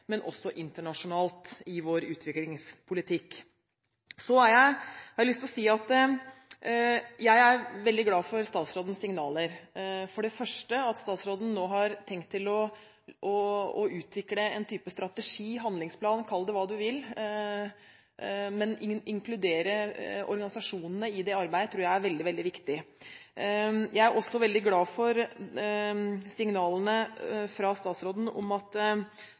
internasjonalt – i vår utviklingspolitikk. Jeg er veldig glad for statsrådens signaler, for det første at han nå har tenkt å utvikle en type strategi, en handlingsplan – en kan kalle det hva en vil. Å inkludere organisasjonene i dette arbeidet tror jeg er veldig viktig. Jeg er også veldig glad for signalene fra statsråden om at